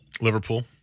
Liverpool